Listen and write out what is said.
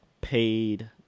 paid